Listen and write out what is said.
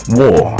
war